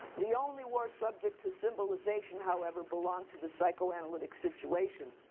the only war subject to symbolization however belonged to the psychoanalytic situation.